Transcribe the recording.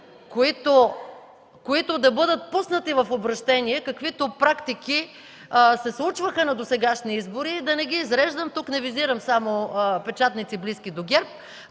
които да бъдат пуснати в обращение, каквито практики се случваха на досегашни избори, да не ги изреждам – тук не визирам само печатници, близки до ГЕРБ,